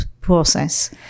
process